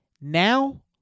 Now